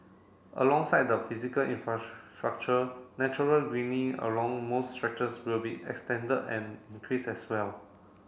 alongside the physical natural along most stretches will be extended and increased as well